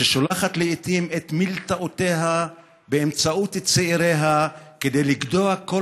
ששולחת לעיתים את מלתעותיה באמצעות צעיריה כדי לגדוע כל